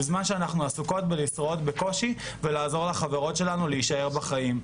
בזמן שאנחנו עסוקות בלשרוד בקושי ולעזור לחברות שלנו להישאר בחיים.